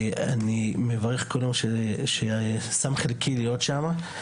אני מברך כל יום ששם חלקי להיות שם.